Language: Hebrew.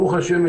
ברוך השם,